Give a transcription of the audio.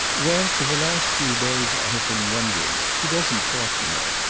well, for the last few days i have been wondering. she doesn't talk, you know.